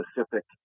specific